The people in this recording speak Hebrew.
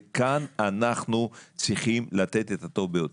וכאן אנחנו צריכים לתת את הטוב ביותר.